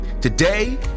Today